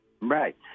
Right